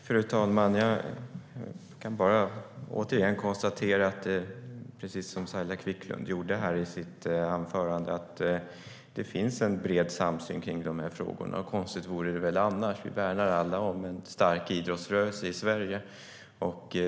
Fru talman! Jag kan bara återigen konstatera, precis som Saila Quicklund gjorde i sitt anförande, att det finns en bred samsyn kring de här frågorna. Konstigt vore det väl annars. Vi värnar alla om en stark idrottsrörelse i Sverige.